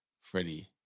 Freddie